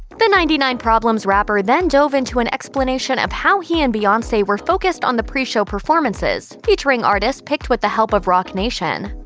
the ninety nine problems rapper then dove into an explanation of how he and beyonce were focused on the pre-show performances, featuring artists picked with the help of roc nation.